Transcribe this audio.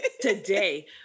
Today